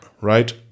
right